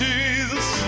Jesus